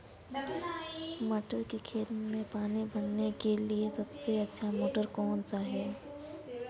मटर के खेत में पानी भरने के लिए सबसे अच्छा मोटर कौन सा है?